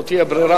לא תהיה ברירה,